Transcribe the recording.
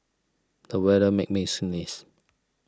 the weather made me sneeze